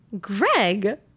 Greg